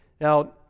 Now